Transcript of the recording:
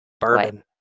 Bourbon